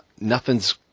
nothing's